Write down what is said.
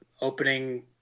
opening